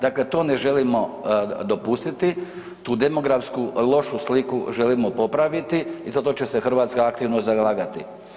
Dakle, to ne želimo dopustiti, tu demografsku lošu sliku želimo popraviti i za to će se Hrvatska aktivno zalagati.